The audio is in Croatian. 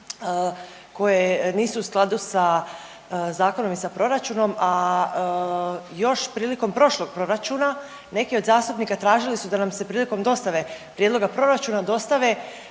koje nisu u skladu sa zakonom i sa proračunom, a još prilikom prošlog proračuna neki od zastupnika tražili su da nam se prilikom dostave prijedloga proračuna dostave